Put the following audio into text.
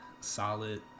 solid